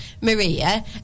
Maria